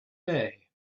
day